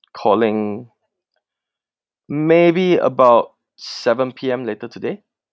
calling maybe about seven P_M later today